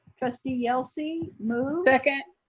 trustee yelsey moves second,